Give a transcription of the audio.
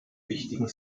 wichtigen